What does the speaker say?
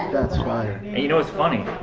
that's fire. and you know what's funny?